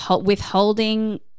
withholding